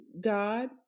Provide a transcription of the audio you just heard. God